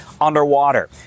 underwater